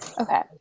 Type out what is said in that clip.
okay